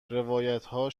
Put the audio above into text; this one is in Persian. روایتها